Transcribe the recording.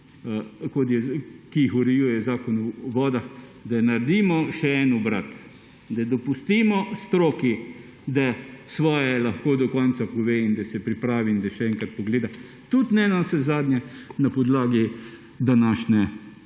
ki jih ureja Zakon o vodah, da naredimo še en obrat. Dopustimo stroki, da svoje lahko do konca pove, se pripravi in da še enkrat pogleda. Tudi navsezadnje na podlagi današnje